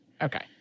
Okay